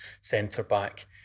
centre-back